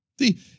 See